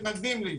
מתנגדים לי,